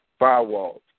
firewalls